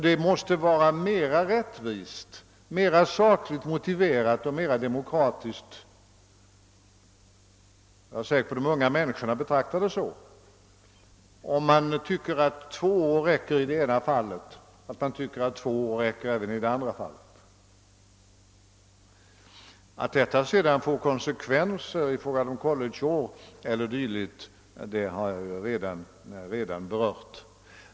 Det måste vara mera rättvist, mera sakligt motiverat och mera demokratiskt — jag är säker på att de unga människorna betraktar det så — att om två år räcker i det ena fallet bör det räcka även i det andra fallet. Att detta sedan får konsekvenser i fråga om collegeår eller dylikt har jag redan berört.